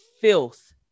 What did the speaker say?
filth